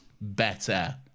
better